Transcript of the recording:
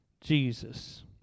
Jesus